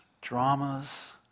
dramas